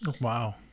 Wow